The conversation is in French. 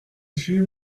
jus